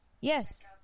Yes